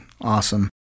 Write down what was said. Awesome